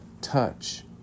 touch